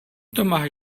tomáš